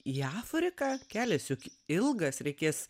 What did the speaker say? į afriką kelias juk ilgas reikės